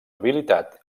habilitat